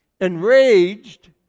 Enraged